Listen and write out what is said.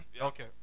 okay